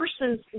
person's